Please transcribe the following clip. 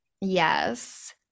Yes